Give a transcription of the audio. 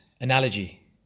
analogy